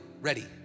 ready